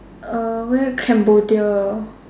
uh where Cambodia